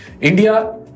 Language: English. India